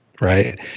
right